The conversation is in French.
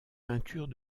peintures